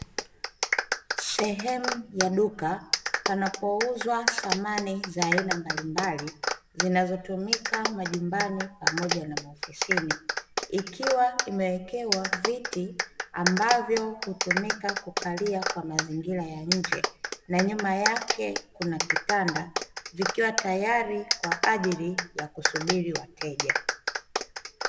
Sehemu ya duka panaouzwa samani za aina mbalimbali zinazotumika majumbani pamoja na maofisini, ikiwa imewekewa viti ambavyo hutumika kukalia kwa mazingira ya nje na nyuma yake kuna kitanda vikiwa tayari kwa ajili ya kusubiri wateja.